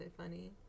funny